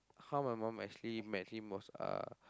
how my mum actually met him was uh